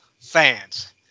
fans